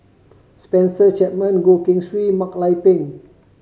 Spencer Chapman Goh Keng Swee Mak Lai Peng